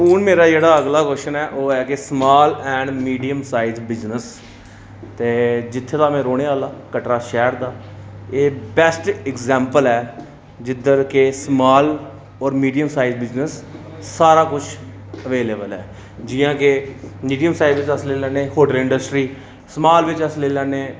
हून मेरा जेह्ड़ा अगला कव्शन ऐ ओह् ऐ कि small and medium size business ते जित्थें दा में रौह्ने आह्ला कटरा शैह्र दा एह् बैस्ट अगजैंपल ऐ जिद्धर के स्माल होर मिडियम साईज बिजनस सारा कुछ अवेलेवल ऐ जियां के मीडियम साईज च अस लेई लैन्नी आं होटल इंडस्ट्री स्माल बिच्च अस लेई लैन्ने